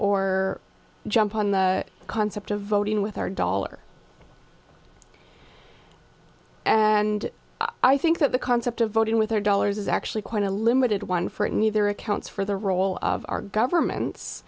or jump on the concept of voting with our dollars and i think that the concept of voting with their dollars is actually quite a limited one for it neither accounts for the role of our governments